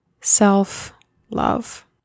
Self-love